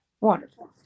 Wonderful